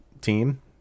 team